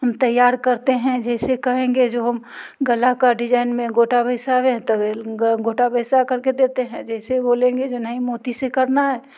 हम तैयार करते हैं जैसे कहेंगे जो हम गला का डिजाइन में गोटा बैसाबे तो गोटा बैसा करके देते हैं जैसे बोलेंगे जो नहीं मोती से करना है